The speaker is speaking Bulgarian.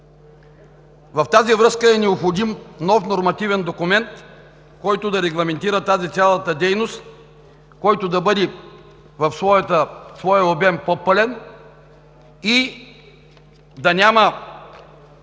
В тази връзка е необходим нов нормативен документ, който да регламентира цялата тази дейност, който да бъде в своя по-пълен обем и да няма